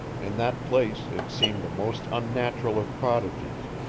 in that place it seemed the most unnatural of prodigies.